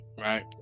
right